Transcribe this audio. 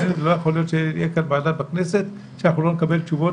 לא יכול להיות שתהיה ועדה בכנסת ולא נקבל תשובות